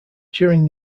during